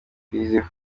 mbiziho